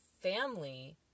family